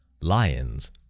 lions